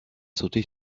sauté